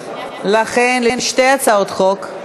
לשתי הצעות החוק,